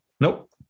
Nope